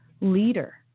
leader